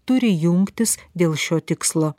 turi jungtis dėl šio tikslo